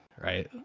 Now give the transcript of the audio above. right